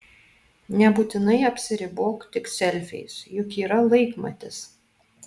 nebūtinai apsiribok tik selfiais juk yra laikmatis